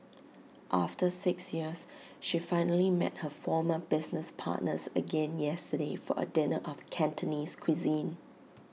after six years she finally met her former business partners again yesterday for A dinner of Cantonese cuisine